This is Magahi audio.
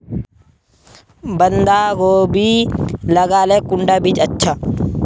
बंधाकोबी लगाले कुंडा बीज अच्छा?